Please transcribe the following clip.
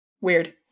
weird